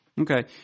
Okay